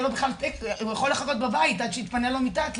הוא יכול לחכות בבית שתהיה לו מיטה.